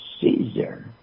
Caesar